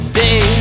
day